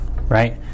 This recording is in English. right